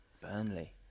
Burnley